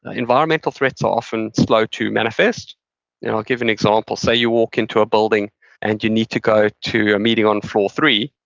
environmental threats are often slow to manifest i'll give an example. say you walk into a building and you need to go to a meeting on floor three,